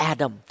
Adam